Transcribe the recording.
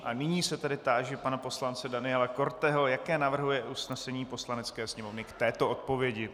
A nyní se tedy táži pana poslance Daniela Korteho, jaké navrhuje usnesení Poslanecké sněmovny k této odpovědi.